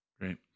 Great